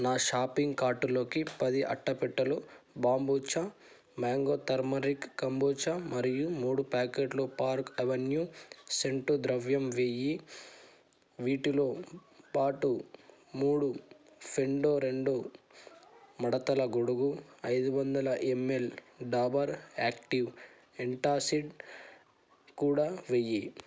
నా షాపింగ్ కార్టులోకి పది అట్టపెట్టెలు బాంబుచా మ్యాంగో టర్మరిక్ కొంబుచా మరియు మూడు ప్యాకెట్లు పార్క్ అవెన్యూ సెంటు ద్రవం వెయ్యి వీటిలో పాటు మూడు ఫెన్డో రెండు మడతల గొడుగు ఐదు వందల ఎంఎల్ డాబర్ యాక్టివ్ ఎంటాసిడ్ కూడా వెయ్యి